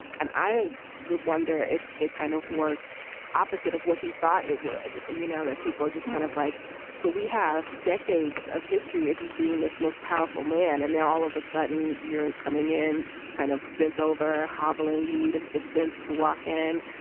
and i would wonder if it kind of worked opposite of what he thought it would. you know, that people are just kind of like but we have decades of history. if you've being this most powerful man and they are all of a sudden you're coming in kind of bent over, hobbling. you need assistance to walk in.